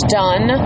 done